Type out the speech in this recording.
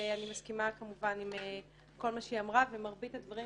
שאני מסכימה כמובן עם כל מה שהיא אמרה ומרבית הדברים